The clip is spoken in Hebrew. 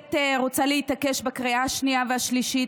בהחלט רוצה להתעקש בקריאה השנייה והשלישית